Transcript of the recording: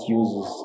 uses